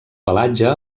pelatge